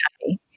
happy